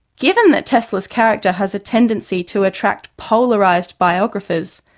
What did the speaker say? given that tesla's character has a tendency to attract polarised biographers,